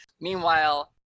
Meanwhile